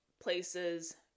places